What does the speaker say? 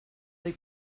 they